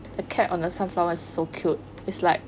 the cat on the sunflower is so cute it's like